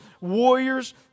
warriors